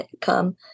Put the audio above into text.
come